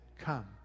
come